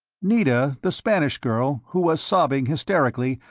nita, the spanish girl, who was sobbing hysterically,